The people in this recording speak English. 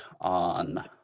on